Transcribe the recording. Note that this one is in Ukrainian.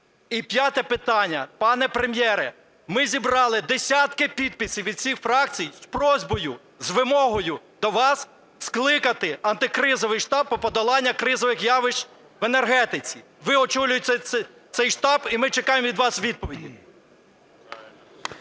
І п'яте питання. Пане Прем'єре, ми зібрали десятки підписів від всіх фракцій з просьбою, з вимогою до вас скликати антикризовий штаб по подоланню кризових явищ в енергетиці. Ви очолюєте цей штаб, і ми чекаємо від вас відповіді.